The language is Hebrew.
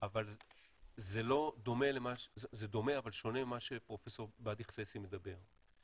זה דומה, אבל שונה ממה שפרופ' באדי חסייסי מדבר.